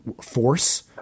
force